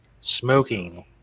smoking